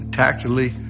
tactically